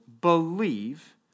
believe